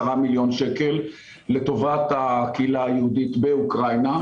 מיליון שקלים לטובת הקהילה היהודית באוקראינה.